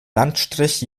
landstrich